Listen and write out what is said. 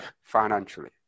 financially